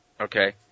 okay